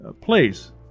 place